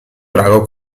drago